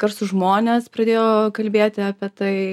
garsūs žmonės pradėjo kalbėti apie tai